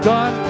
God